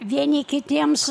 vieni kitiems